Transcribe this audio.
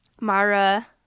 Mara